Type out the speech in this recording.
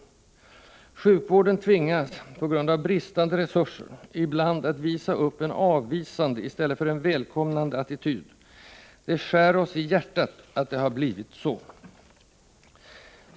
Sjukvården tvingas på grund av bristande resurser ibland att visa upp en avvisande i stället för en välkomnande attityd. Det skär oss i hjärtat att det har blivit så.